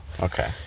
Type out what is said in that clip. okay